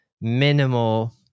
minimal